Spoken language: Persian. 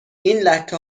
لکه